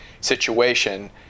situation